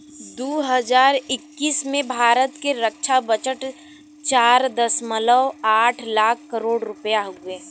दू हज़ार इक्कीस में भारत के रक्छा बजट चार दशमलव आठ लाख करोड़ रुपिया हउवे